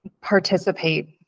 participate